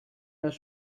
das